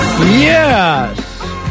Yes